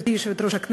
גברתי היושבת-ראש,